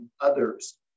others